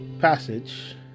passage